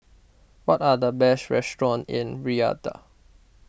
what are the best restaurants in Riyadh